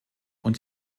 und